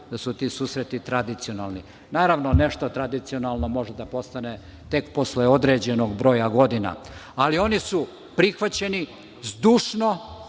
da su ti susreti tradicionalno. Naravno, nešto tradicionalno može da postane tek posle određenog broja godina, ali oni su prihvaćeni zdušno.